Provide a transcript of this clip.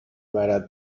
برد